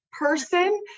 person